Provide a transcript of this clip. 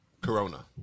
Corona